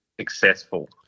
successful